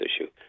issue